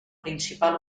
principal